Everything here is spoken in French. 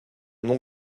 nom